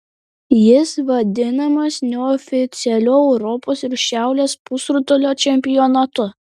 jis vadinamas neoficialiu europos ir šiaurės pusrutulio čempionatu